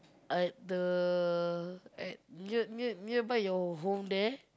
at the at near near nearby your home there